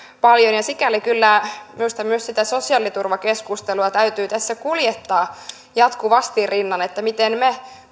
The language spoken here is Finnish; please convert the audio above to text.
paljon sikäli kyllä minusta myös sitä sosiaaliturvakeskustelua täytyy tässä kuljettaa jatkuvasti rinnalla miten me